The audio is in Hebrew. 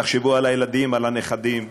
תחשבו על הילדים ועל הנכדים.